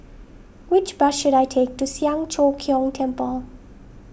which bus should I take to Siang Cho Keong Temple